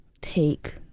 take